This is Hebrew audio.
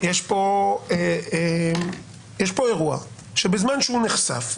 יש פה אירוע שבזמן שהוא נחשף,